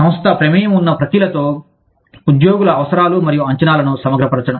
సంస్థ ప్రమేయం ఉన్న ప్రక్రియలతో ఉద్యోగుల అవసరాలు మరియు అంచనాలను సమగ్రపరచడం